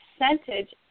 percentage